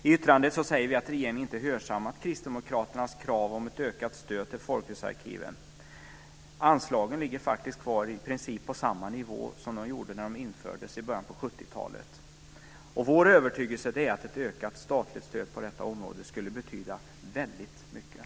I yttrandet säger vi att regeringen inte hörsammat Kristdemokraternas krav på ett ökat stöd till folkrörelsearkiven. Anslagen ligger i princip kvar på samma nivå som de gjorde när de infördes i början på 70 talet. Vår övertygelse är att ett ökat statligt stöd på detta område skulle betyda väldigt mycket.